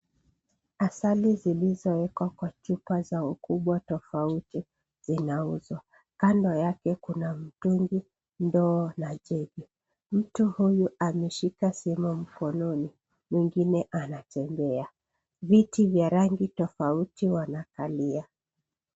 Asali zilizowekwa kwa chupa za ukubwa tofauti zinauzwa, kando yake kuna mtungi, ndoo na jegi. Mtu huyu ameshika simu mkononi mwingine anatembea .Viti vya rangi tofauti wanakalia.